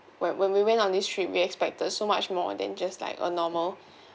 when when we went on this trip we expected so much more than just like a normal